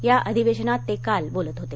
या अधिवेशनात ते काल बोलत होते